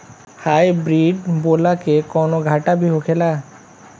Hybrid बोला के कौनो घाटा भी होखेला?